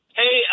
hey